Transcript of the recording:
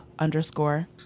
underscore